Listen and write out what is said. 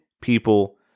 people